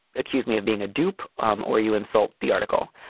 accuse me of being a dupe um or you insult the article.